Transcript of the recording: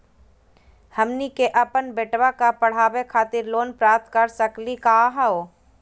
हमनी के अपन बेटवा क पढावे खातिर लोन प्राप्त कर सकली का हो?